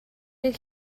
did